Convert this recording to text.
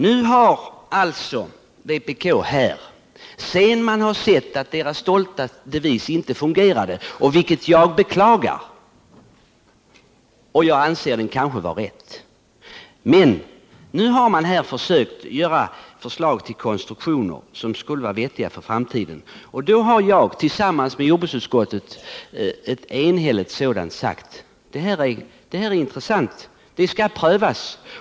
Nu haralltså vpk här, sedan man har sett att dess stolta devis inte fungerade —- vilket jag beklagar, eftersom den kanske var riktig — försökt göra förslag till konstruktioner som skulle vara vettiga för framtiden. Då har jag tillsammans med ett enhälligt jordbruksutskott sagt: Det här är intressant, och det skall prövas.